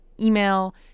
email